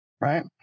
right